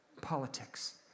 Politics